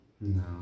No